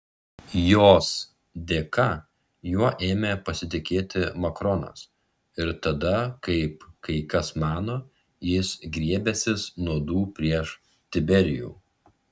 jos dėka juo ėmė pasitikėti makronas ir tada kaip kai kas mano jis griebęsis nuodų prieš tiberijų